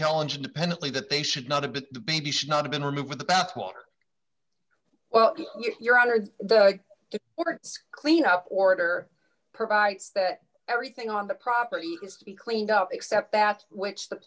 challenge independently that they should not a bit the baby should not have been removed with the bathwater well your honor the words clean up order provides that everything on the property has to be cleaned up except that which the